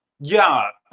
yeah,